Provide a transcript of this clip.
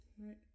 Right